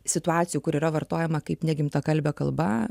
situacijų kur yra vartojama kaip negimtakalbė kalba